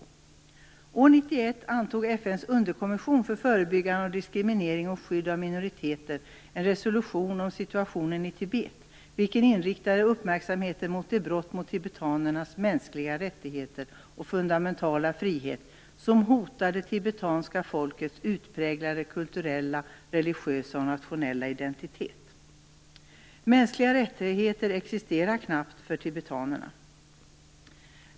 År 1991 antog FN:s underkommission för förebyggande av diskriminering och skydd av minoriteter en resolution om situationen i Tibet. Den riktade uppmärksamheten mot de brott mot de mänskliga rättigheterna och den fundamentala friheten i Tibet som hotar det tibetanska folkets utpräglade kulturella, religiösa och nationella identitet. Mänskliga rättigheter existerar knappt för tibetanerna.